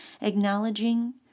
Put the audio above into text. acknowledging